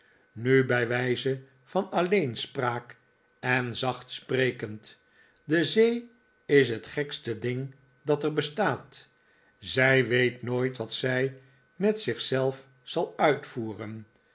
nu bij wijze van alleenspraak en zacht sprekend de zee is het gekste ding dat er bestaat zij weet nooit wat zij met zich zelf zal uitvoeren